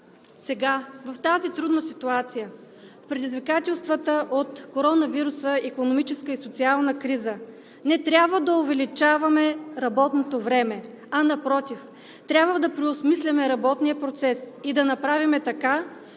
колеги, в тази трудна ситуация – предизвиканата от коронавируса икономическа и социална криза, не трябва да увеличаваме работното време, а напротив, трябва да преосмислим работния процес и да направим така,